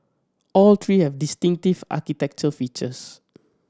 all three have distinctive architecture features